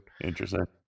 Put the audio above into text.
Interesting